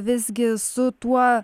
visgi su tuo